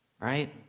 right